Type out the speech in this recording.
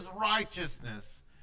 righteousness